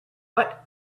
but